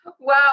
Wow